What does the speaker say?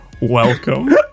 welcome